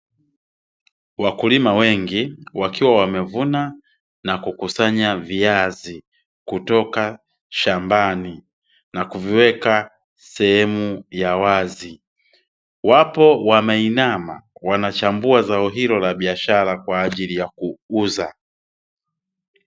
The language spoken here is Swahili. Wakulima wengi wakiwa wamevuna na kukusanya viazi kutoka shambani na kuviweka sehemu ya wazi ,wapo wa nainama wanachambua zao hilo la biashara kwa ajili ya kuuza.